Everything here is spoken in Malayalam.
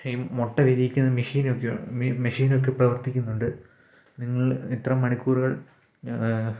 ഈ മുട്ട വിരിയിക്കുന്ന മെഷീൻ ഒക്കെ ഉണ്ട് ഈ മെഷീൻ ഒക്കെ പ്രവർത്തിക്കുന്നുണ്ട് നിങ്ങൾ ഇത്ര മണിക്കൂറുകൾ